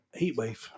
heatwave